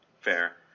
Fair